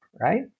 right